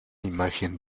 imagen